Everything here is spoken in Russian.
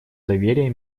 доверия